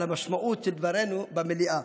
על המשמעות של דברינו במליאה,